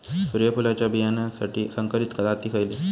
सूर्यफुलाच्या बियानासाठी संकरित जाती खयले?